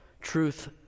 truth